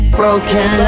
broken